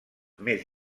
més